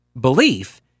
belief